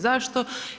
Zašto?